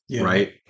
Right